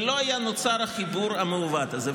ולא היה נוצר החיבור המעוות הזה.